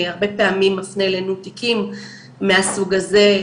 הרבה פעמים מפנה אלינו תיקים מהסוג הזה.